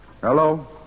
Hello